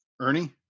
Ernie